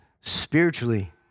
spiritually